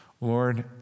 Lord